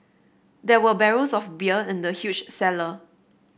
there were barrels of bear in the huge cellar